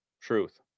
Truth